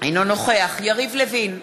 אינו נוכח יריב לוין,